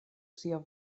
sia